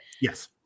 yes